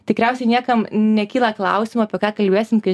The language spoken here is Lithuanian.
tikriausiai niekam nekyla klausimų apie ką kalbėsim kai